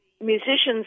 musicians